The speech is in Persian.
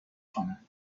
کنند